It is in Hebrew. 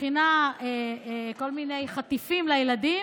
מכינה כל מיני חטיפים לילדים,